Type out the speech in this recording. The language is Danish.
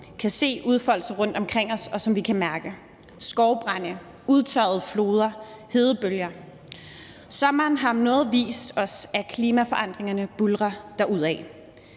kan se udfolde sig rundt omkring os, og som vi kan mærke: skovbrande, udtørrede floder, hedebølger. Sommeren har om noget vist os, at klimaforandringerne buldrer derudad.